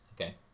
Okay